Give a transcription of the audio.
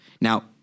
Now